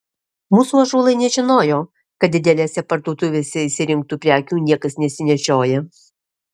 mūsų ąžuolai nežinojo kad didelėse parduotuvėse išsirinktų prekių niekas nesinešioja